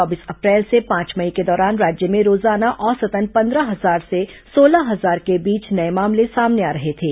चौबीस अप्रैल से पांच मई के दौरान राज्य में रोजाना औसतन पन्द्रह हजार से सोलह हजार के बीच नये मामले सामने आ रहे थे